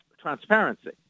transparency